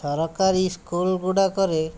ସରକାରୀ ସ୍କୁଲ ଗୁଡ଼ାକରେ